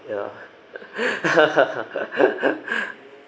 yeah